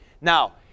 Now